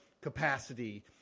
capacity